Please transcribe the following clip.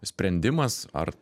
sprendimas ar